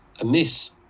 amiss